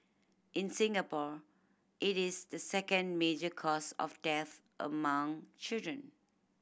in Singapore it is the second major cause of death among children